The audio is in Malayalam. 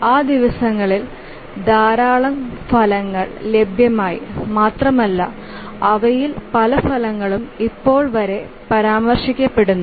ആ ദിവസങ്ങളിൽ ധാരാളം ഫലങ്ങൾ ലഭ്യമായി മാത്രമല്ല അവയിൽ പല ഫലങ്ങളും ഇപ്പോൾ വരെ പരാമർശിക്കപ്പെടുന്നു